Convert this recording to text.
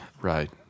right